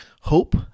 hope